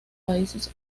países